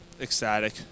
ecstatic